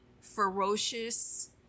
ferocious